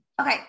Okay